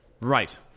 Right